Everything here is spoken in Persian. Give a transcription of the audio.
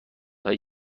های